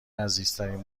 عزیزترین